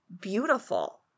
beautiful